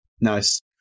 Nice